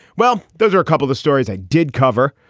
well, those are a couple of stories i did cover,